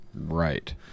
Right